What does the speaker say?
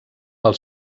pel